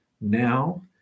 now